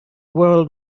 world